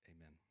Amen